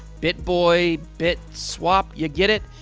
bitboy bitswap you get it?